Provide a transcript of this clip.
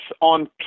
on